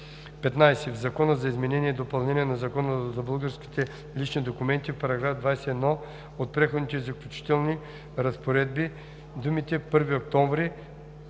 15. В Закона за изменение и допълнение на Закона за българските лични документи (обн., ДВ, бр. …) в § 21 от преходните и заключителни разпоредби думите „1 октомври